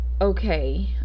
okay